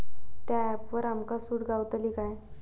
त्या ऍपवर आमका सूट गावतली काय?